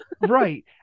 right